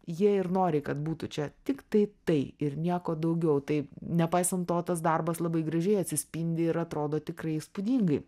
jie ir nori kad būtų čia tiktai tai ir nieko daugiau tai nepaisant to tas darbas labai gražiai atsispindi ir atrodo tikrai įspūdingai